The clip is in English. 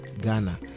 ghana